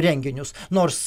renginius nors